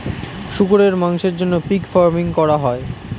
শুকরের মাংসের জন্য পিগ ফার্মিং করা হয়